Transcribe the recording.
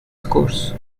scores